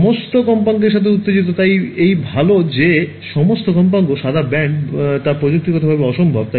সমস্ত কম্পাঙ্কের সাথে উত্তেজিত তাই এই ভাল যে সমস্ত কম্পাঙ্ক সাদা ব্যান্ড তা প্রযুক্তিগতভাবে অসম্ভব